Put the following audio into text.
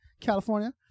California